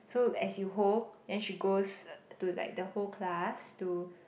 so as you hold then she goes to like the whole class to